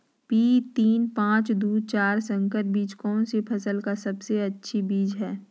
P तीन पांच दू चार संकर बीज कौन सी फसल का सबसे अच्छी बीज है?